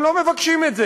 הם לא מבקשים את זה.